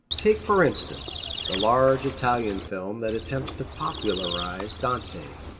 take, for instance, the large italian film that attempts to popularize dante.